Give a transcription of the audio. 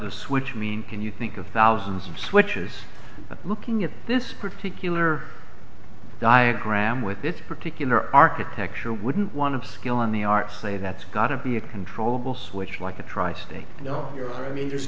the switch mean can you think of thousands of switches but looking at this particular diagram with this particular architecture wouldn't want to scale on the art say that's gotta be a controllable switch like a tri state you know here i mean there's